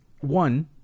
One